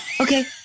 okay